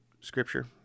scripture